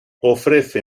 ofrece